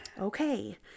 Okay